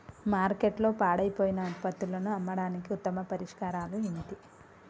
మార్కెట్లో పాడైపోయిన ఉత్పత్తులను అమ్మడానికి ఉత్తమ పరిష్కారాలు ఏమిటి?